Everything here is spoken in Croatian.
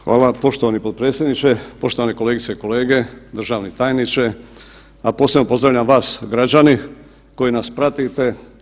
Hvala poštovani potpredsjedniče, poštovane kolegice i kolege, državni tajniče, a posebno pozdravljam vas građani koji nas pratite.